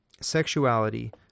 sexuality